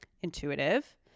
intuitive